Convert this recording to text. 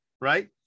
right